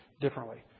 differently